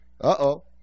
Uh-oh